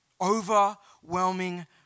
Overwhelming